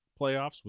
playoffs